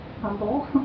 humble